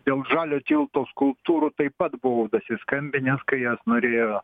dėl žalio tilto skulptūrų taip pat buvau dasiskambinęs kai jas norėjo